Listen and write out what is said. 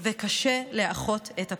וקשה לאחות את הפצע.